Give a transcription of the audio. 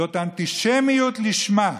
זאת אנטישמיות לשמה.